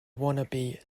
wannabe